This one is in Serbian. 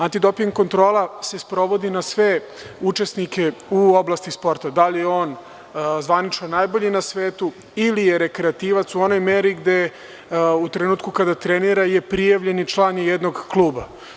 Antidoping kontrola se sprovodi na sve učesnike u oblasti sporta, da li je on zvanično najbolji na svetu ili je rekreativac u onoj meri gde u trenutku kada trinira je prijavljeni član jednog kluba.